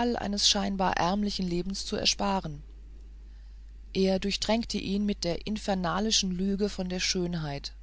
eines scheinbar ärmlichen lebens zu ersparen er durchtränkte ihn mit der infernalischen lüge von der schönheit